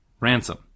ransom